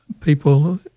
people